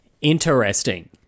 Interesting